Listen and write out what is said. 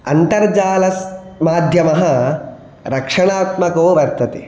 अन्तर्जालमाध्यमः रक्षणात्मको वर्तते